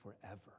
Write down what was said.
forever